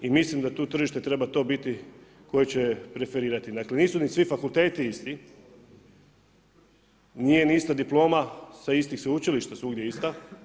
I mislim da tu tržište treba to biti koje će preferirati, dakle nisu ni svi fakulteti isti, nije ni ista diploma sa istih sveučilišta svugdje ista.